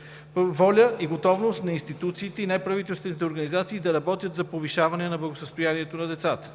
- воля и готовност на институциите и неправителствените организации да работят за повишаване на благосъстоянието на децата;